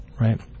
Right